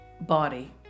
body